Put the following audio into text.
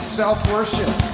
self-worship